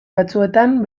batzuetan